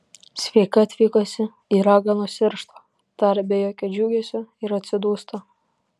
sveika atvykusi į raganos irštvą taria be jokio džiugesio ir atsidūsta